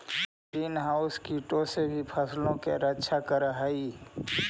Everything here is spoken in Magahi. ग्रीन हाउस कीटों से भी फसलों की रक्षा करअ हई